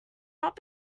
not